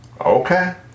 Okay